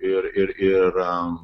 ir ir ir